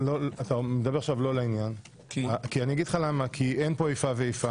אתה מדבר עכשיו לא לעניין כי אין פה איפה ואיפה.